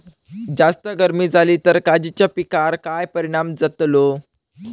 जास्त गर्मी जाली तर काजीच्या पीकार काय परिणाम जतालो?